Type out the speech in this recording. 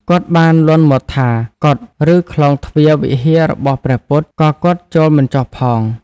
គាត់បានលាន់មាត់ថា កុដិ ឬខ្លោងទ្វារវិហាររបស់ព្រះពុទ្ធ ក៏គាត់ចូលមិនចុះផង។